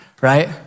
right